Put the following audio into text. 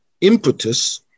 impetus